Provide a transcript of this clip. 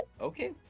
Okay